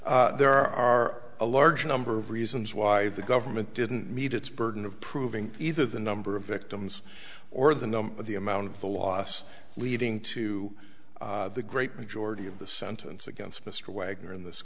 loss there are a large number of reasons why the government didn't meet its burden of proving either the number of victims or the number the amount of the loss leading to the great majority of the sentence against mr wagner in this